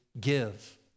give